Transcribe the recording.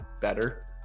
better